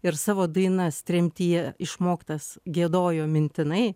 ir savo dainas tremtyje išmoktas giedojo mintinai